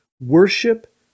Worship